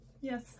Yes